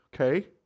okay